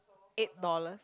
eight dollars